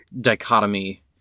dichotomy